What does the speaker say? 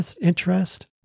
interest